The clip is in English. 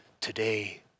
today